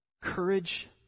courage